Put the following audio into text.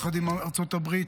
יחד עם ארצות הברית,